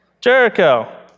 Jericho